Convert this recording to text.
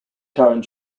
current